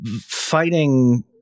Fighting